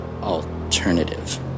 alternative